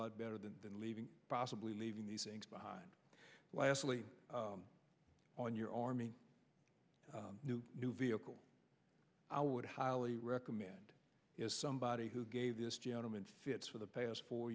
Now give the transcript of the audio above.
lot better than than leaving possibly leaving these things behind lastly on your army new new vehicle i would highly recommend somebody who gave this gentleman fits for the past four